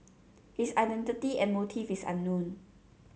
his identity and motive is unknown